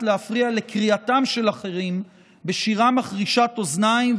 להפריע לקריאתם של אחרים בשירה מחרישת אוזניים,